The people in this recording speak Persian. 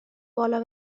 بالا